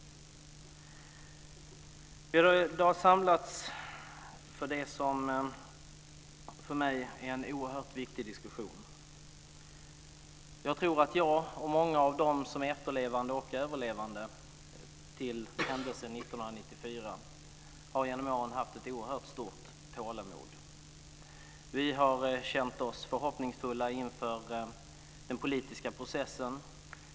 Vi har i dag samlats för det som för mig är en oerhört viktig diskussion. Jag tror att jag och många av dem som är efterlevande och överlevande vid händelsen 1994 genom åren har haft ett oerhört stort tålamod. Vi har känt oss förhoppningsfulla inför den politiska processen.